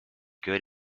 good